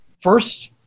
First